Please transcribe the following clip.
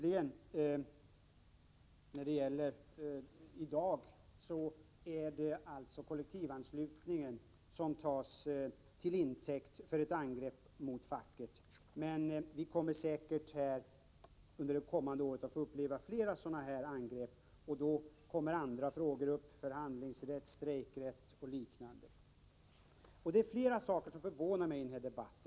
I dag tas kollektivanslutningen till intäkt för ett angrepp mot facket, men vi kommer säkert att under det kommande året få uppleva flera sådana här angrepp, när frågor om förhandlingsrätt, strejkrätt och liknande kommer upp. Det är flera saker som förvånar mig i denna debatt.